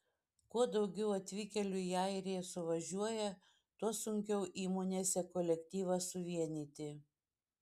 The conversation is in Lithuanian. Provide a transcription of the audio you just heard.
kuo daugiau atvykėlių į airiją suvažiuoja tuo sunkiau įmonėse kolektyvą suvienyti